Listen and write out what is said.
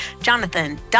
Jonathan